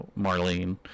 Marlene